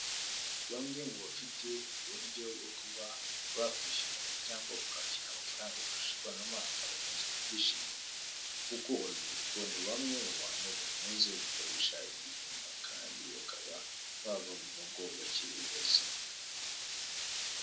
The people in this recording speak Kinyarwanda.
Bamwe mu bafite uburyo bwo kuba bakwishyura cyangwa bakakira amafaranga mu buryo bw'ikoranabuhanga bakunze kubwishimira kuko urubyiruko ni bamwe bakunze gukoresha ubu buryo kandi bakaba bava mu rugo bakiri bazima.